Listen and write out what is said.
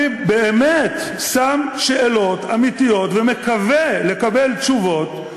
אני באמת שם שאלות אמיתיות ומקווה לקבל תשובות,